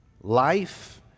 Life